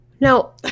Now